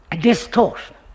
distortion